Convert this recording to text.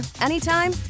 anytime